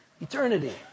eternity